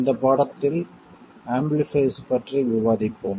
இந்த பாடத்தில் ஆம்பிளிஃபைர்ஸ் பற்றி விவாதிப்போம்